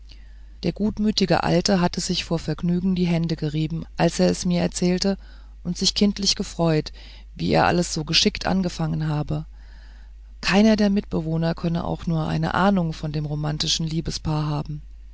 der gutmütige alte hatte sich vor vergnügen die hände gerieben als er es mir erzählte und sich kindlich gefreut wie er alles so geschickt angefangen habe keiner der mitbewohner könne auch nur eine ahnung von dem romantischen liebespaar haben